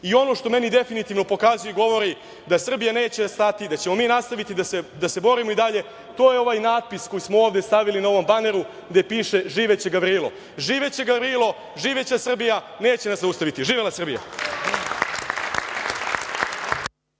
ono što meni definitivno pokazuje i govori da Srbija neće stati i da ćemo mi nastaviti da se borimo i dalje, to je ovaj natpis koji smo ovde stavili na ovom baneru gde piše živeće Gavrilo. Živeće Gavrilo, živeće Srbija, neće nas zaustaviti. Živela Srbija!